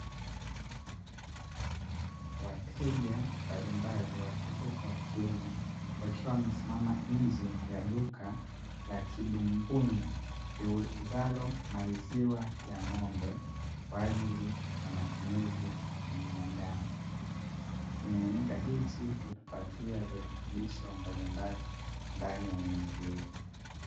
Wateja mbalimbali wa kike kwa wa kiume wakiwa wamesimama nje ya duka la "NDUMBUINI" liuzalo maziwa ya ng'ombe kwa ajili ya matumizi ya binadamu, kimiminika hichi hutupatia virutubisho mbalimbali ndani ya miili yetu.